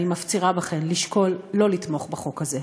אני מפצירה בכן לשקול לא לתמוך בחוק הזה.